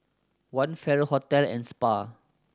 One Farrer Hotel and Spa